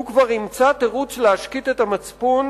הוא כבר ימצא תירוץ להשקיט את המצפון,